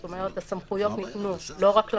זאת אומרת, הסמכויות ניתנו לא רק למשטרה,